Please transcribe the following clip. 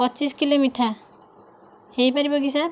ପଚିଶ କିଲୋ ମିଠା ହେଇପାରିବ କି ସାର୍